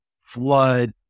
flood